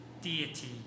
deity